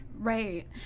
right